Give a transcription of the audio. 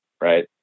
right